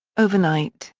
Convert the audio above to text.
overnight,